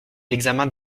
l’examen